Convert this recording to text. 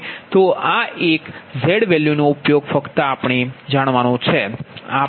તો આ એક આ ઝેડ વેલ્યુનો ઉપયોગ ફક્ત આપણે જોયો